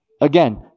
Again